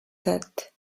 that